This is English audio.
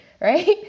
right